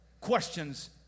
questions